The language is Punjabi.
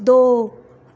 ਦੋ